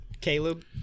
Caleb